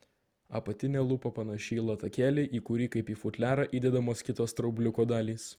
apatinė lūpa panaši į latakėlį į kurį kaip į futliarą įdedamos kitos straubliuko dalys